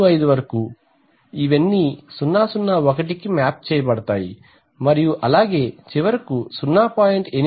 25 వరకు ఇవన్నీ 001 కు మ్యాప్ చేయబడతాయి మరియు అలాగే చివరకు 0